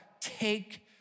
take